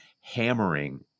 hammering